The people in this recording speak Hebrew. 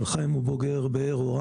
חיים הוא בוגר באר תורה